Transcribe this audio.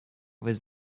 was